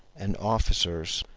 and officers,